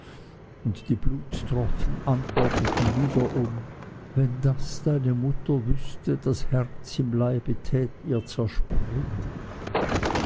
und die blutstropfen antworteten wiederum wenn das deine mutter wüßte das herz im leibe tät ihr zerspringen